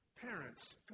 parents